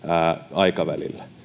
aikavälillä